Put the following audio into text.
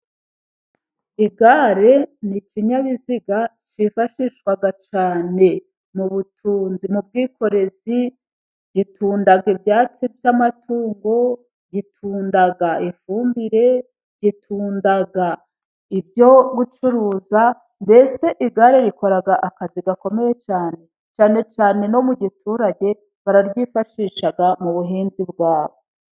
Igare ni nkinyabiziga cyifashishwa cyane mu butunzi mu bwikorezi. Gitunda ibyatsi by'amatungo, gitunda ifumbire, gitunda ibyo gucuruza, mbese igare rikoraga akazi gakomeye, cyane cyane cyane no mu giturage bararyifashisha mu buhinzi bwabo.